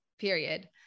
period